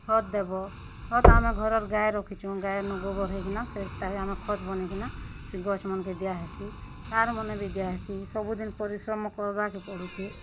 ଖତ୍ ଦେବ ଖତ୍ ଆମର୍ ଘରର ଗାଈ ରଖିଛୁଁ ଗାଈନୁ ଗୋବର୍ ହେଇକିନା ସେଟାକେ ଆମେ ଖତ୍ ବନେଇକିନା ସେ ଗଛ୍ ମାନ୍କେ ଦିଆହେସି ସାର୍ ମାନେ ବି ଦିଆହେସି ସବୁଦିନ୍ ପରିଶ୍ରମ କର୍ବାକେ ପଡ଼ୁଛେ